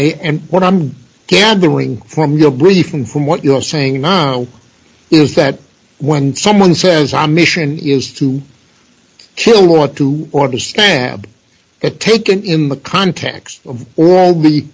and what i'm gathering from your briefing from what you're saying now is that when someone says our mission is to kill want to or to stab it taken in the context of all othe